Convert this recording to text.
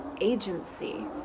agency